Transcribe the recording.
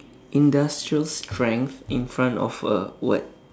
industrial strength in front of a what